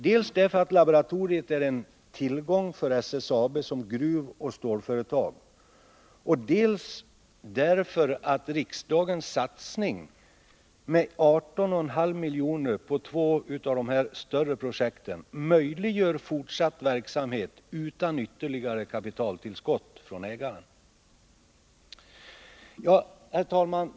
Dels är laboratoriet en tillgång för SSAB som gruvoch stålföretag, dels möjliggör riksdagens satsning med 18,5 milj.kr. på två av de större projekten fortsatt verksamhet utan ytterligare kapitaltillskott från ägaren. Herr talman!